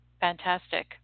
Fantastic